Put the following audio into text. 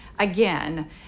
Again